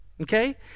okay